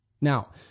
Now